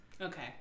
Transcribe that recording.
okay